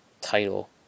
title